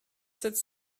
sept